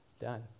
Done